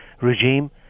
regime